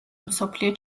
მსოფლიო